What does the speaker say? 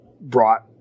brought